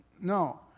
No